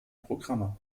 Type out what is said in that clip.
programme